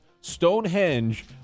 Stonehenge